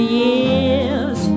years